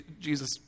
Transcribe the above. Jesus